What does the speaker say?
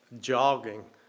jogging